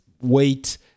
wait